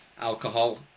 alcohol